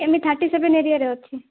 thirty seven ଏରିଆରେ ଅଛି